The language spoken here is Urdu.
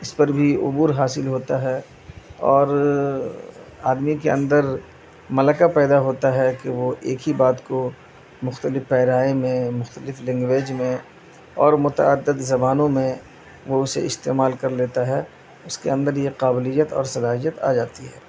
اس پر بھی عبور حاصل ہوتا ہے اور آدمی کے اندر ملکہ پیدا ہوتا ہے کہ وہ ایک ہی بات کو مختلف پیرائے میں مختلف لینگویج میں اور متعدد زبانوں میں وہ اسے استعمال کر لیتا ہے اس کے اندر یہ قابلیت اور صلاحیت آ جاتی ہے